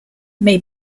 may